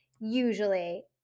usually